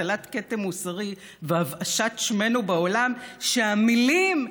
הטלת כתם מוסרי והבאשת שמנו בעולם, שהמילים,